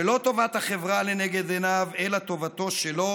שלא טובת החברה לנגד עיניו אלא טובתו שלו,